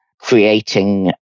creating